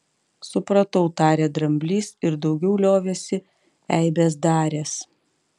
supratau tarė dramblys ir daugiau liovėsi eibes daręs